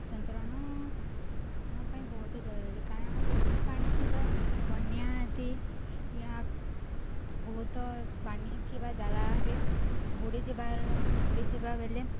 ସନ୍ତରଣ ପାଇଁ ବହୁତ ଜରୁରୀ କାରଣ ବହୁତ ପାଣି ଥିବା ବନ୍ୟା ଆଦି ଏହା ବହୁତ ପାଣି ଥିବା ଜାଗାରେ ବୁଡ଼ି ଯିବାର ବୁଡ଼ିଯିବା ବେଳେ